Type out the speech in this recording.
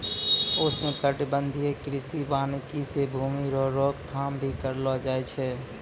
उष्णकटिबंधीय कृषि वानिकी से भूमी रो रोक थाम भी करलो जाय छै